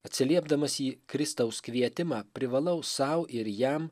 atsiliepdamas į kristaus kvietimą privalau sau ir jam